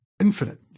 infinite